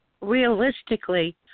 realistically